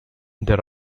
there